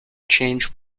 change